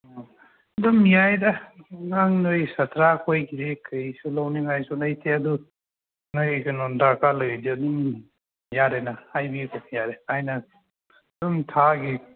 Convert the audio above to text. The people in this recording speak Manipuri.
ꯑꯣ ꯑꯗꯨꯝ ꯌꯥꯏꯗ ꯅꯪ ꯅꯣꯏ ꯁꯥꯇ꯭ꯔꯥ ꯈꯣꯏꯗꯒꯤꯗꯤ ꯀꯔꯤꯁꯨ ꯂꯧꯅꯤꯡꯉꯥꯏ ꯂꯩꯇꯦ ꯑꯗꯨ ꯅꯣꯏ ꯀꯩꯅꯣ ꯗꯔꯀꯥꯔ ꯂꯩꯔꯗꯤ ꯑꯗꯨꯝ ꯌꯥꯔꯦꯗ ꯍꯥꯏꯗꯤ ꯌꯥꯔꯦ ꯑꯗꯨꯝ ꯊꯥꯒꯤ